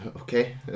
Okay